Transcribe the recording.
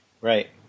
Right